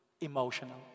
emotional